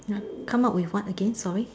come out with what again sorry